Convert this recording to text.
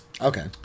Okay